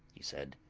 he said.